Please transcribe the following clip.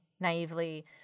naively